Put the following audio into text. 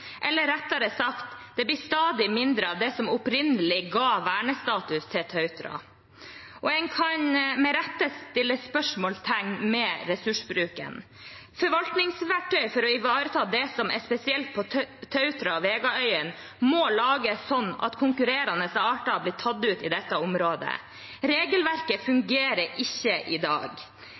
eller – rettere sagt – det blir stadig mindre av det som opprinnelig ga vernestatus til Tautra. En kan med rette stille spørsmål ved ressursbruken. Forvaltningsverktøy for å ivareta det som er spesielt for Tautra og Vegaøyan, må lages slik at konkurrerende arter i dette området blir tatt ut. Regelverket i dag fungerer ikke.